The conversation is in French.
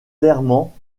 clairement